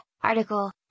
article